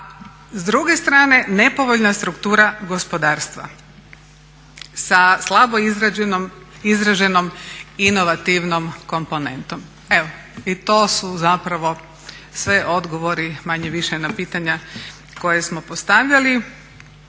s druge strane nepovoljna struktura gospodarstva sa slabo izraženom inovativnom komponentom. Evo, i to su zapravo sve odgovori manje-više na pitanja koja smo postavljali.